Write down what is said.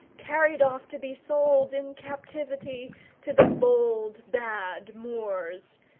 carried off to be sold in captivity to the bold bad moors,